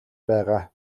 байгаа